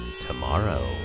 tomorrow